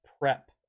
PrEP